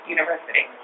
University